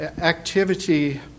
activity